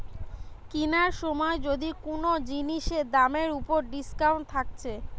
কিনার সময় যদি কুনো জিনিসের দামের উপর ডিসকাউন্ট থাকছে